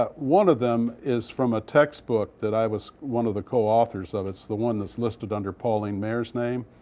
ah one of them is from a textbook that i was one of the co-authors of. it's the one that's listed under pauline maier's name.